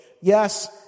Yes